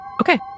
Okay